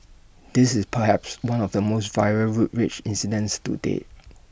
this is perhaps one of the most viral road rage incidents to date